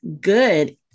good